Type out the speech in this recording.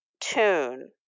tune